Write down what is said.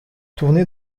tourné